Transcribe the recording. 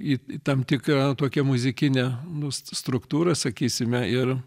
į į tam tikrą tokią muzikinę nu st struktūra sakysime ir